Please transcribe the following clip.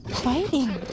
fighting